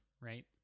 right